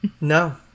No